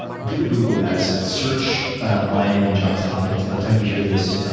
give a google, guys. search my name and johns hopkins. by the time you hear this,